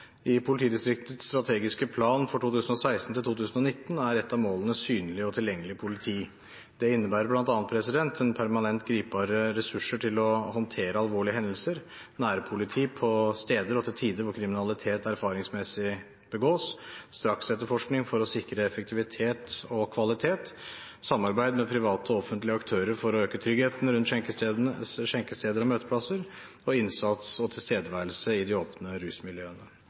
I politidistriktets strategiske plan for 2016–2019 er et av målene synlig og tilgjengelig politi. Det innebærer bl.a. en permanent beredskap av ressurser til å håndtere alvorlige hendelser, nærpoliti på steder og til tider da kriminalitet erfaringsmessig begås, straksetterforskning for å sikre effektivitet og kvalitet, samarbeid med private og offentlige aktører for å øke tryggheten rundt skjenkesteder og møteplasser og innsats og tilstedeværelse i de åpne rusmiljøene.